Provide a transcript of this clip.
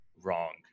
wrong